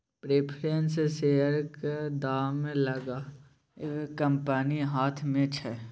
preference शेयरक दाम लगाएब कंपनीक हाथ मे छै